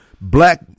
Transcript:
black